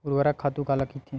ऊर्वरक खातु काला कहिथे?